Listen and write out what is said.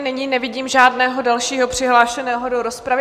Nyní nevidím žádného dalšího přihlášeného do rozpravy.